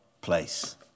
place